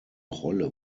rolle